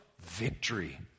victory